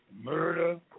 Murder